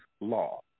law